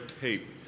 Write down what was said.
tape